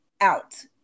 out